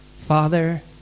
Father